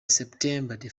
september